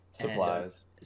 supplies